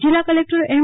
જિલ્લા કલેકટર એમ